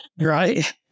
Right